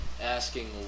asking